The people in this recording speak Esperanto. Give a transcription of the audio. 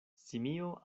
simio